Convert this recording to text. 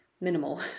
minimal